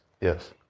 Yes